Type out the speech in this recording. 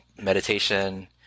Meditation